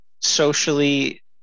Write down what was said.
socially